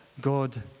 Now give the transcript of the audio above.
God